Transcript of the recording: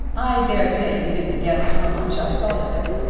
i dare say you didn't guess how much i thought of it.